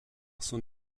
son